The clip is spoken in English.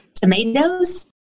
tomatoes